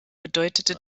bedeutete